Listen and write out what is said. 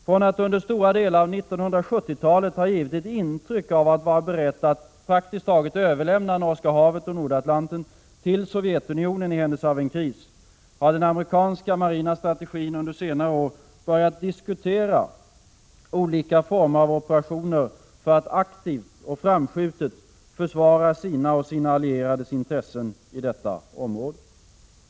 Från att under stora delar SEA I VECK TAR av 1970-talet ha givit ett intryck av att vara beredd att praktiskt taget överlämna Norska havet och Nordatlanten till Sovjetunionen i händelse av en kris, har den amerikanska marina strategin under senare år börjat diskutera olika former av operationer för att aktivt och framskjutet försvara sina och sina allierades intressen i detta område.